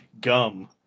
Gum